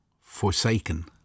forsaken